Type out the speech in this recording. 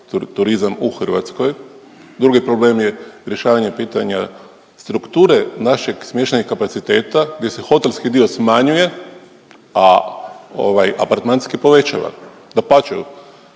turizam u Hrvatskoj, drugi problem je rješavanje pitanja strukture našeg smještajnih kapaciteta gdje se hotelski dio smanjuje, a ovaj apartmanski se povećava. Dapače,